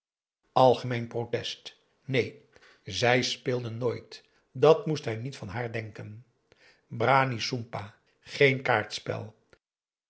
algemeen protest neen zij speelden nooit dàt moest hij niet van haar denken brani soempah geen kaartspel